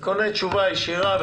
אני קונה תשובה ישירה.